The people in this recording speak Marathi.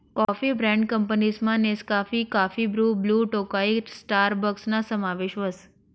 कॉफी ब्रँड कंपनीसमा नेसकाफी, काफी ब्रु, ब्लु टोकाई स्टारबक्सना समावेश व्हस